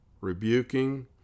rebuking